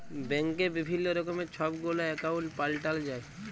ব্যাংকে বিভিল্ল্য রকমের ছব গুলা একাউল্ট পাল্টাল যায়